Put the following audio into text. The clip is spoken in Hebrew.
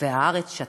והארץ שתקה.